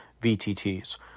VTTs